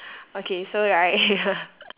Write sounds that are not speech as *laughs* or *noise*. okay so right *laughs*